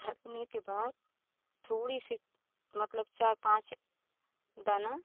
ढकने के बाद थोड़ी सी मतलब चार पाँच दाना